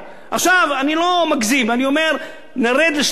אני לא מגזים ואני אומר: נרד ל-13%.